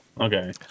okay